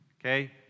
okay